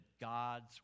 God's